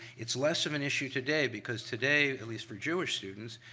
it's less of an issue today because today, at least for jewish students,